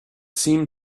seemed